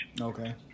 Okay